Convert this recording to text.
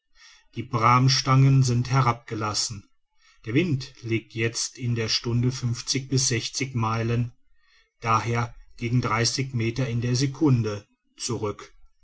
die bramstangen sind herabgelassen der wind legt jetzt in der stunde fünfzig bis sechzig meilen d h gegen dreißig meter in der secunde zurück